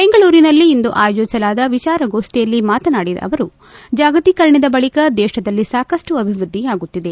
ಬೆಂಗಳೂರಿನಲ್ಲಿಂದು ಆಯೋಜಿಸಲಾದ ವಿಚಾರಗೋಷ್ಠಿಯಲ್ಲಿ ಮಾತನಾಡಿದ ಅವರು ಜಾಗತೀಕರಣದ ಬಳಿಕ ದೇಶದಲ್ಲಿ ಸಾಕಷ್ಟು ಅಭಿವೃದ್ಧಿಯಾಗುತ್ತಿದೆ